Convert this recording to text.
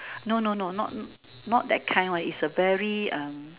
no no no not not that kind one is a very um